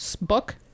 book